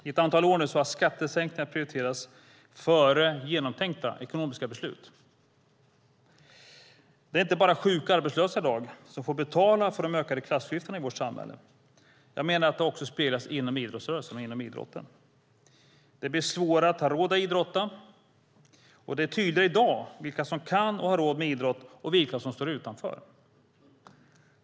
I ett antal år har skattesänkningar prioriterats före genomtänkta ekonomiska beslut. Det är inte bara sjuka och arbetslösa som i dag får betala för de ökade klassklyftorna i vårt samhälle. Jag menar att det också speglas inom idrottsrörelsen och inom idrotten. Det blir svårare att ha råd att idrotta, och det är tydligare i dag vilka som kan delta och har råd med idrott och vilka som står utanför.